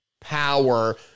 power